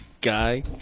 guy